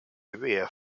urea